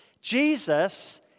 Jesus